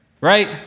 right